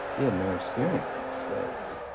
you had no experience in this space.